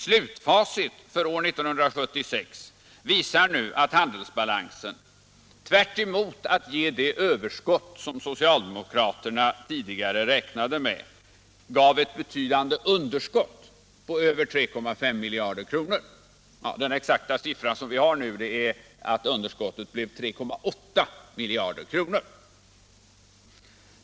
Slutfacit för år 1976 visar nu att handelsbalansen, tvärtemot att ge det överskott som socialdemokraterna tidigare räknade med, gav ett betydande underskott — på över 3,5 miljarder kronor. Den exakta siffran visar sig vara 3,8 miljarder.